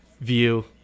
view